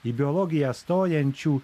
į biologiją stojančių